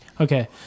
Okay